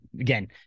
again